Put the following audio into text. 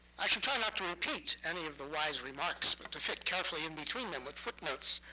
i shall try not to repeat any of the wise remarks, but to fit carefully in between them with footnotes.